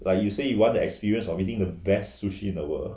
like you say you want to experience eating the best sushi in the world